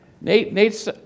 Nate